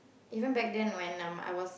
even back then when I'm I was